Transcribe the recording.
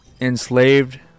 Enslaved